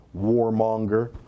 warmonger